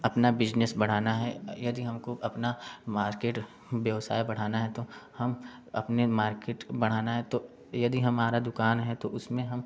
अपना बिजनेस बढ़ाना है यदि हमको अपना मार्केट व्यवसाय बढ़ाना है तो हम अपने मार्केट बढ़ाना है तो यदि हमारा दुकान है तो उसमें हम